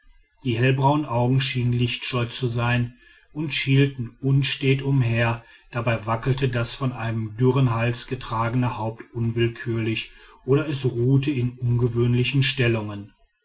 die hellbraunen augen schienen lichtscheu zu sein und schielten unstet umher dabei wackelte das von einem dürren hals getragene haupt unwillkürlich oder es ruhte in ungewöhnlichen stellungen